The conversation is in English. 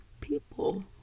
people